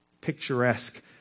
picturesque